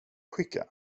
skicka